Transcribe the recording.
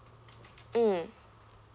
mm